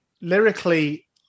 lyrically